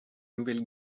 nouvelle